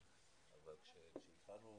אבל כשהתחלנו